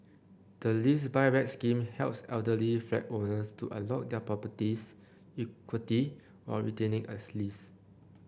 the Lease Buyback Scheme helps elderly flat owners to unlock their property's equity while retaining as lease